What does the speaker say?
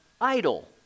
idle